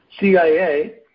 CIA